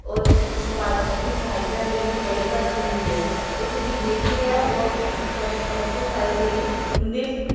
और समाजिक दी सहायता बी उनें बड़ी घट थोह्ंदी ऐ और जेह्ड़ी डिगनिटी ऐ ओह् मती सारी जेह्ड़ी उंदी